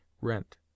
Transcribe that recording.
rent